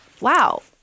Wow